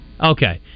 Okay